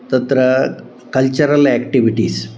तत्र cultural activities